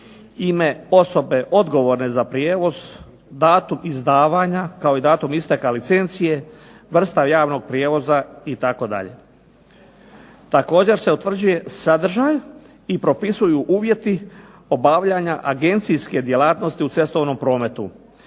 ime osobe odgovorne za prijevoz, datum izdavanja kao i datum isteka licencije, vrsta javnog prijevoza itd. Također se utvrđuje sadržaj i propisuju uvjeti obavljanja agencijske djelatnosti u cestovnom prometu